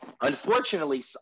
unfortunately